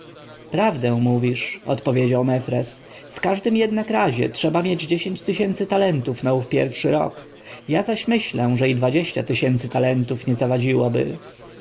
prawdę mówisz odpowiedział mefres w każdym jednak razie trzeba mieć dziesięć tysięcy talentów na ów pierwszy rok ja zaś myślę że i dwadzieścia tysięcy talentów nie zawadziłoby